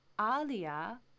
alia